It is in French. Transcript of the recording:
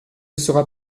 sera